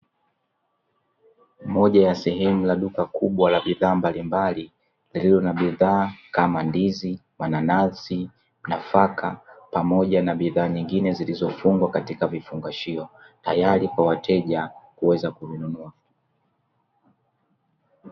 Moja ya sehemu la duka kubwa la bidhaa mbalimbali lililo na bidhaa kama ndizi, mananasi, nafaka pamoja na bidhaa nyingine zilizofungwa katika vifungashio tayari kwa wateja kuweza kununua.